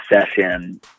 session